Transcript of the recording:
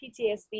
PTSD